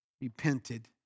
repented